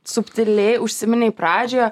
subtiliai užsiminei pradžioje